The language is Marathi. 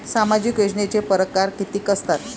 सामाजिक योजनेचे परकार कितीक असतात?